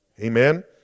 Amen